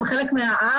הם חלק מהעם,